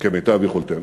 כמיטב יכולתנו.